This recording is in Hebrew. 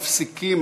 מפסיקים,